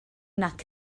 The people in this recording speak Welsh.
nac